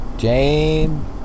Jane